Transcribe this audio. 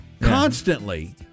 Constantly